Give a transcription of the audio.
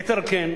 יתר על כן,